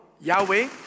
Yahweh